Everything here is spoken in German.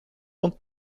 und